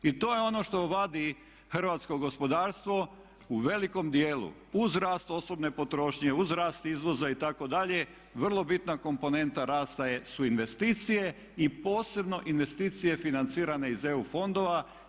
I to je ono što vadi hrvatsko gospodarstvo u velikom dijelu uz rast osobne potrošnje, uz rast izvoza itd. vrlo bitna komponenta rasta su investicije i posebno investicije financirane iz EU fondova.